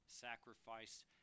sacrifice